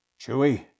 Chewie